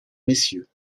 messieurs